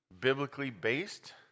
biblically-based